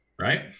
right